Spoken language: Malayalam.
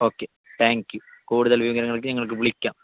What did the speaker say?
ഓക്കെ താങ്ക് യു കൂടുതൽ വിവരങ്ങൾക്ക് നിങ്ങൾക്ക് വിളിക്കാം